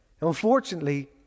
Unfortunately